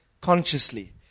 consciously